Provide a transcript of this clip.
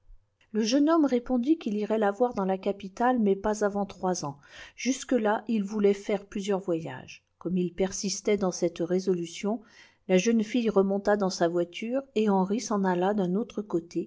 le jeune homme répondit qu'il irait lavoir dans sa capitale mais pas avant trois ans jusque-là il voulait faire plusieurs voyages comme il persistait dans cette résolution la jeune fille remonta dans sa voiture et henri s'en alla d'un autre côté